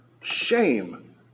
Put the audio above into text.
Shame